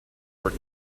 were